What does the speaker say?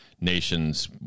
nations